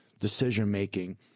decision-making